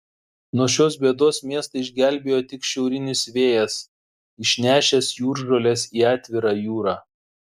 nuo šios bėdos miestą išgelbėjo tik šiaurinis vėjas išnešęs jūržoles į atvirą jūrą